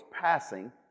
passing